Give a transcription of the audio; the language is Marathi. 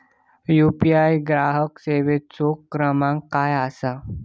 यू.पी.आय ग्राहक सेवेचो क्रमांक काय असा?